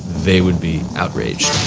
they would be outraged.